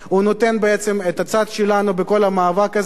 הוא נותן בעצם את הצד שלנו בכל המאבק הזה.